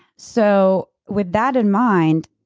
so with that in mind,